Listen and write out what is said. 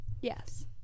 yes